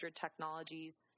technologies